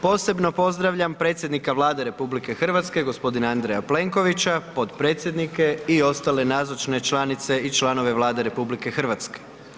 Posebno pozdravljam predsjednika Vlade Republike Hrvatske gospodina Andreja Plenkovića, potpredsjednike i ostale nazočne članice i članove Vlade Republike Hrvatske.